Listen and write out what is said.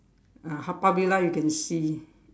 uh Haw-Par villa you can see